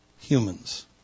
humans